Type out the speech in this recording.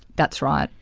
that's right.